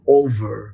over